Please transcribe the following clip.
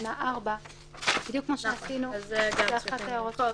לתקנה 4. בדיוק כמו שעשינו --- זה תיקון טכני.